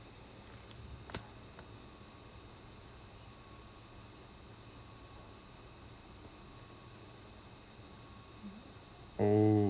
oh